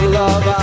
love